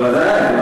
בוודאי.